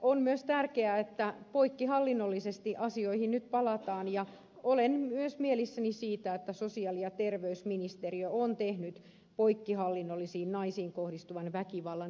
on myös tärkeää että poikkihallinnollisesti asioihin nyt palataan ja olen myös mielissäni siitä että sosiaali ja terveysministeriö on tehnyt poikkihallinnollisen naisiin kohdistuvan väkivallan vähentämisohjelman